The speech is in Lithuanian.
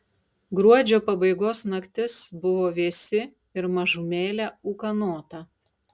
gruodžio pabaigos naktis buvo vėsi ir mažumėlę ūkanota